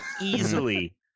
easily